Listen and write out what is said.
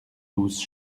douze